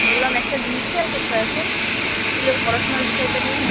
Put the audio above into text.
বললাম একটা জিনিস খেয়াল করছো এখন স্কুলের পড়াশোনার বিষয়টা নিয়ে